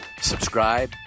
subscribe